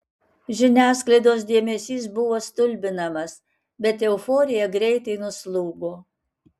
žiniasklaidos dėmesys buvo stulbinamas bet euforija greitai nuslūgo